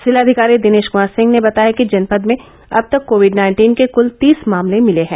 जिलाधिकारी दिनेश कुमार सिंह ने बताया कि जनपद में अब तक कोविड नाइन्टीन के कुल तीस मामले मिले हैं